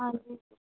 ਹਾਂਜੀ